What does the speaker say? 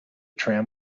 tram